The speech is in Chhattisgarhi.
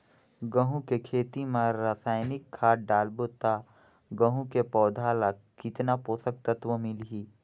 गंहू के खेती मां रसायनिक खाद डालबो ता गंहू के पौधा ला कितन पोषक तत्व मिलही?